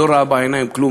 לא ראה בעיניים כלום,